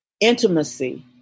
intimacy